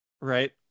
right